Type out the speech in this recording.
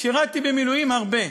שרתי במילואים הרבה.